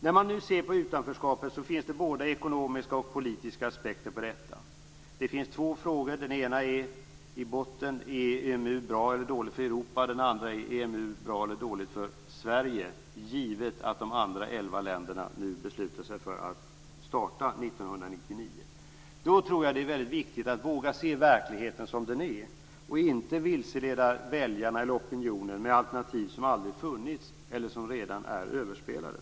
När man nu ser på utanförskapet ser man att det både finns ekonomiska och politiska aspekter. Det finns två frågor. Den ena gäller om EMU är bra eller dåligt för Europa i botten. Den andra gäller om EMU är bra eller dåligt för Sverige, givet att de andra elva länderna beslutar sig för att starta 1999. Jag tror att det är väldigt viktigt att våga se verkligheten som den är och inte vilseleda väljarna eller opinionen med alternativ som aldrig funnits eller som redan är överspelade.